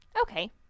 Okay